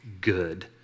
good